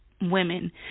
women